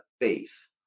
face